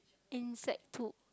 insect poo